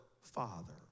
father